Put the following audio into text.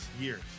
years